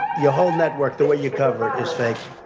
your whole network, the way you cover it is fake.